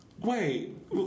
Wait